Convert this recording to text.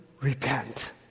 repent